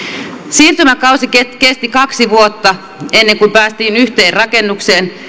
siirtymäkausi kesti kesti kaksi vuotta ennen kuin päästiin yhteen rakennukseen